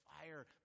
fire